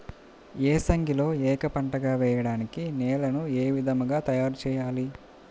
ఏసంగిలో ఏక పంటగ వెయడానికి నేలను ఏ విధముగా తయారుచేయాలి?